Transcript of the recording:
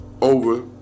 over